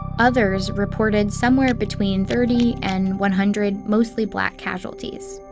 others, reported somewhere between thirty and one hundred mostly black casualties.